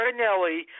Cardinelli